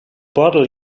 bottle